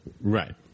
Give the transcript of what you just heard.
Right